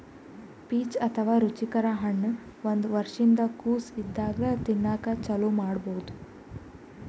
peach ಅಥವಾ ರುಚಿಕರ ಹಣ್ಣ್ ಒಂದ್ ವರ್ಷಿನ್ದ್ ಕೊಸ್ ಇದ್ದಾಗೆ ತಿನಸಕ್ಕ್ ಚಾಲೂ ಮಾಡಬಹುದ್